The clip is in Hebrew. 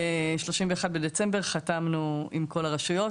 בתאריך ה-31 בדצמבר חתמנו עם כל הרשויות,